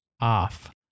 off